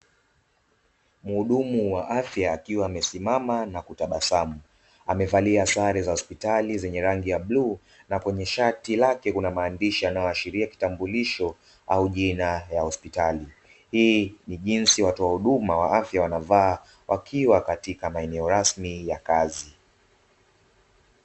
Mhudumu wa afya akiwa amesimama na kutabasamu, amevalia sare za hospitali zenye rangi ya bluu na kwenye shati lake kuna maandishi yanayoashiria kitambulisho au jina ya hospitali. Hii ni jinsi watoa huduma wa afya wanavaa wakiwa katika maeneo rasmi ya kazi.